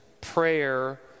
prayer